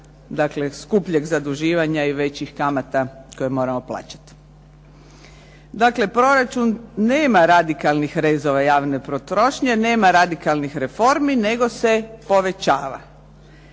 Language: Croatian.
dakle skupljeg zaduživanja i većih kamata koje moramo plaćati. Dakle, proračun nema radikalnih rezova javne potrošnje, nema radikalnih reformi nego se povećava.